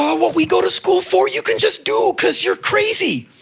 ah what we go to school for, you can just do cause you're crazy.